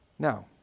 Now